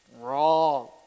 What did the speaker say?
Wrong